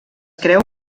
creu